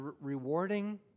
rewarding